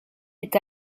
est